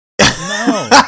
No